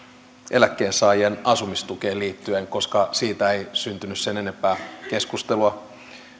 eläkkeensaajien asumistukeen liittyen koska siitä ei syntynyt sen enempää keskustelua